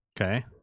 Okay